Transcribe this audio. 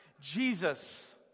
Jesus